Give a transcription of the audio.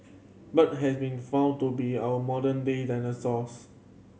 bird has been found to be our modern day dinosaurs